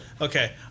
Okay